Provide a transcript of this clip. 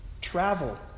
travel